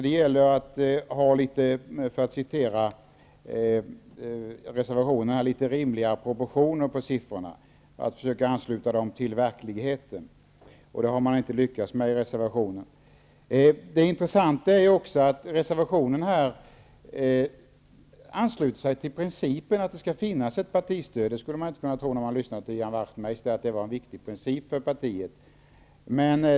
Det gäller att ha litet rimliga proportioner på siffrorna, för att citera reservationen. Det gäller att försöka ansluta siffrorna till verkligheten. Det har man inte lyckats med i reservationen. Det intressanta är också att man i reservationen ansluter sig till principen att det skall finnas ett partistöd. Det skulle man inte kunna tro när man lyssnar till Ian Wachtmeister, att det är en viktig princip för partiet.